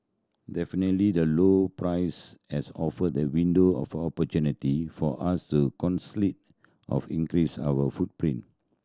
definitely the low price has offered the window of opportunity for us to of increase our footprint